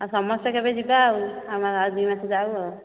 ଆଉ ସମସ୍ତେ କେବେ ଯିବା ଆଉ ଆଉ ଦୁଇ ମାସ ଯାଉ ଆଉ